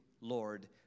Lord